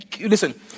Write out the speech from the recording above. listen